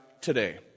today